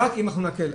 רק אם אנחנו נקל.